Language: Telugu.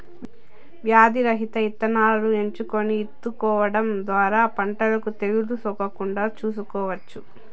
వ్యాధి రహిత ఇత్తనాలను ఎంచుకొని ఇత్తుకోవడం ద్వారా పంటకు తెగులు సోకకుండా చూసుకోవచ్చు